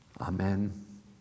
Amen